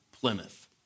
Plymouth